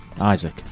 Isaac